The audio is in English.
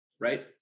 right